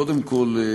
קודם כול,